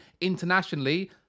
internationally